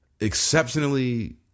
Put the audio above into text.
exceptionally